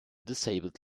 disabled